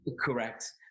Correct